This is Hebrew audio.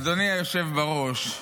אדוני היושב בראש,